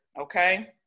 Okay